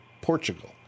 Portugal